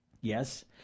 Yes